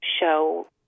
show